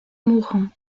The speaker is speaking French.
mourant